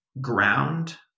ground